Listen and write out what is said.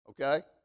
Okay